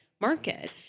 market